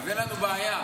אז אין לנו בעיה.